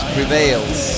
Prevails